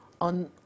on